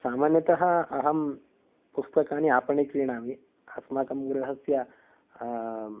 सामान्यतः अहं पुस्तकानि आपणे क्रीणामि अस्माकं गृहस्य